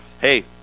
hey